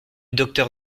docteur